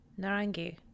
Narangi